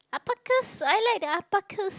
alpacas so I like the alpacas